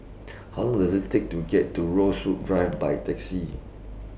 How Long Does IT Take to get to Rosewood Drive By Taxi